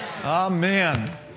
Amen